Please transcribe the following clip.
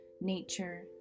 nature